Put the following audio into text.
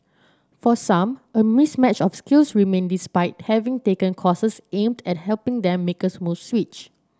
for some a mismatch of skills remain despite having taken courses aimed at helping them make a smooth switch